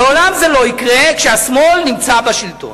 לעולם זה לא יקרה כאשר השמאל נמצא בשלטון.